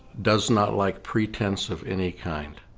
does not like pretense of any kind